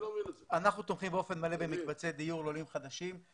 אנחנו תומכים באופן מלא במקבצי דיור לעולים חדשים.